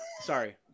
Sorry